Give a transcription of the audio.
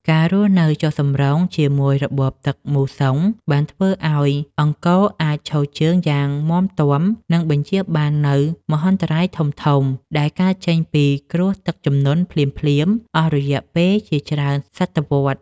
ការរស់នៅចុះសម្រុងជាមួយរបបទឹកមូសុងបានធ្វើឱ្យអង្គរអាចឈរជើងយ៉ាងមាំទាំ និងបញ្ចៀសបាននូវមហន្តរាយធំៗដែលកើតចេញពីគ្រោះទឹកជំនន់ភ្លាមៗអស់រយៈពេលជាច្រើនសតវត្ស។